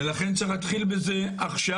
ולכן צריך להתחיל בזה עכשיו.